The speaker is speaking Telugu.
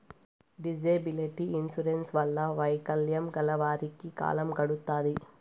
డిజేబిలిటీ ఇన్సూరెన్స్ వల్ల వైకల్యం గల వారికి కాలం గడుత్తాది